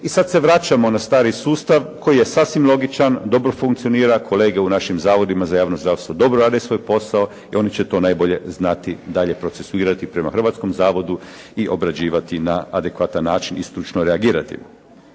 i sad se vraćamo na stari sustav koji je sasvim logičan, dobro funkcionira, kolege u našim zavodima za javno zdravstvo dobro rade svoj posao i oni će to najbolje znati dalje procesuirati prema hrvatskom zavodu i obrađivati na adekvatan način i stručno reagirati.